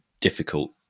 difficult